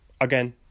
Again